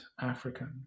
African